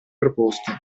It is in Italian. proposte